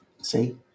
see